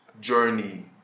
journey